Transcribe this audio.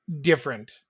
different